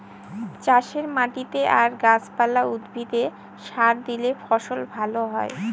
চাষের মাটিতে আর গাছ পালা, উদ্ভিদে সার দিলে ফসল ভালো হয়